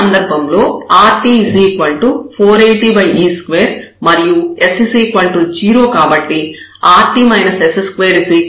ఈ సందర్భంలో rt 480e2 మరియు s 0 కాబట్టి rt s2 480e2 అవుతుంది